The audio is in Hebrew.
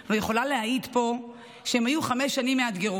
ויכולה להעיד פה שהן היו חמש שנים מאתגרות.